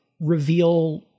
reveal